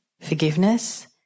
forgiveness